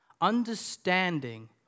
understanding